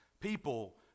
people